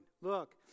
Look